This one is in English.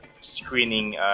screening